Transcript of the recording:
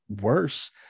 worse